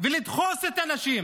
ולדחוס את האנשים,